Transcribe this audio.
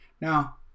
Now